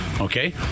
okay